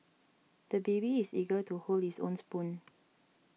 the baby is eager to hold his own spoon